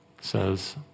says